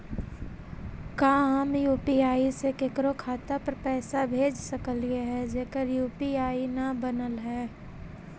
का हम यु.पी.आई से केकरो खाता पर पैसा भेज सकली हे जेकर यु.पी.आई न बनल है?